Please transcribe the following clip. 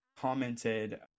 commented